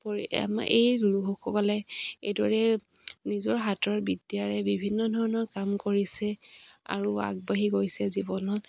পৰি আমাৰ এই লোকসকলে এইদৰে নিজৰ হাতৰ বিদ্যাৰে বিভিন্ন ধৰণৰ কাম কৰিছে আৰু আগবাঢ়ি গৈছে জীৱনত